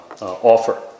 offer